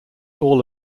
all